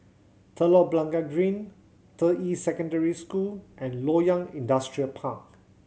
Telok Blangah Green Deyi Secondary School and Loyang Industrial Park